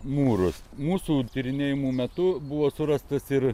mūrus mūsų tyrinėjimų metu buvo surastas ir